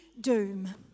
doom